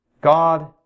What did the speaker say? God